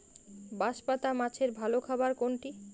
বাঁশপাতা মাছের ভালো খাবার কোনটি?